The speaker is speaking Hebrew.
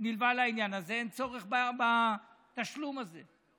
שנלווה לעניין הזה, ואין צורך בתשלום הזה.